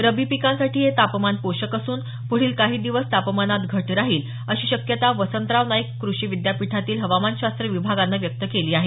रब्बी पिकांसाठी हे तापमान पोषक असून पुढील काही दिवस तापमानात घट राहील अशी शक्यता वसंतराव नाईक कृषी विद्यापीठातील हवामानशास्त्र विभागानं व्यक्त केली आहे